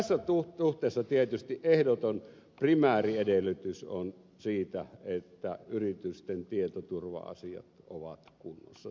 tässä suhteessa tietysti ehdoton primääriedellytys on se että yritysten tietoturva asiat ovat kunnossa